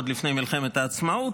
עוד לפני מלחמת העצמאות,